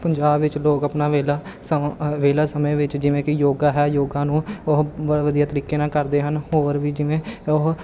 ਪੰਜਾਬ ਵਿੱਚ ਲੋਕ ਆਪਣਾ ਵਿਹਲਾ ਸਮਾਂ ਵਿਹਲਾ ਸਮੇਂ ਵਿੱਚ ਜਿਵੇਂ ਕਿ ਯੋਗਾ ਹੈ ਯੋਗਾ ਨੂੰ ਉਹ ਵਧੀਆ ਤਰੀਕੇ ਨਾਲ ਕਰਦੇ ਹਨ ਹੋਰ ਵੀ ਜਿਵੇਂ ਉਹ